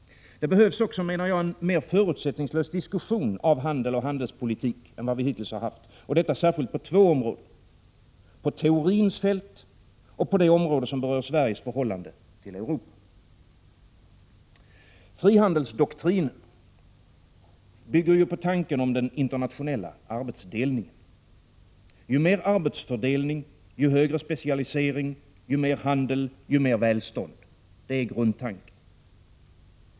Det behövs också, menar jag, en mer förutsättningslös diskussion av handel och handelspolitik än vad vi hittills har haft, och det särskilt på två områden: på teorins fält och på det område som berör Sveriges förhållande till Europa. Frihandelsdoktrinen bygger ju på tanken om den internationella arbetsdelningen. Ju mer arbetsfördelning, ju högre specialisering, ju mer handel, desto mer välstånd — det är grundtanken.